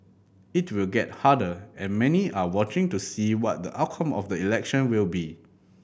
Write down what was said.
it will get harder and many are watching to see what the outcome of the election will be